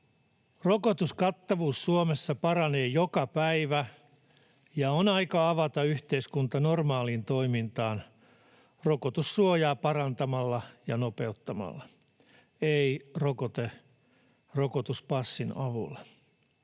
Rokotuskattavuus Suomessa paranee joka päivä, ja on aika avata yhteiskunta normaaliin toimintaan rokotussuojaa parantamalla ja nopeuttamalla, ei rokotuspassin avulla.